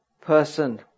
person